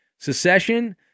Secession